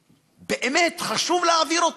באמת, חשוב להעביר אותה.